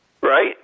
Right